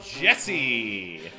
Jesse